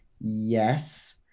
yes